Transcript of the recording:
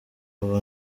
ubu